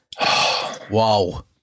wow